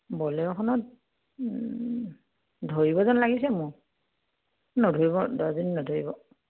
ব'লেৰুখনত ধৰিব যেন লাগিছে মোক নধৰিব দহজনী নধৰিব